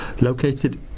located